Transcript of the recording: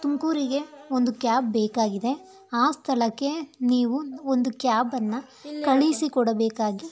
ತುಮಕೂರಿಗೆ ಒಂದು ಕ್ಯಾಬ್ ಬೇಕಾಗಿದೆ ಆ ಸ್ಥಳಕ್ಕೆ ನೀವು ಒಂದು ಕ್ಯಾಬನ್ನು ಕಳಿಸಿಕೊಡಬೇಕಾಗಿ